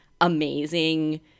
amazing